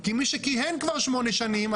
כי מי שכיהן כבר שמונה שנים,